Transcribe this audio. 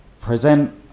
present